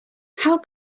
how